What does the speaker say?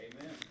Amen